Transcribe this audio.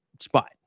spot